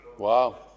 Wow